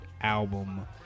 album